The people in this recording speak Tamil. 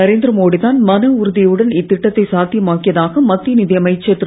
நரேந்திரமோடி தான் மனஉறுதியுடன் இத்திட்டத்தை சாத்தியமாக்கியதாக மத்திய நிதியமைச்சர் திரு